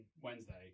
wednesday